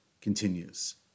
continues